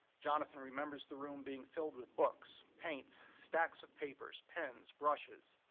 jonathan remembers the room being filled with books, paints, stacks of papers, pens, brushes,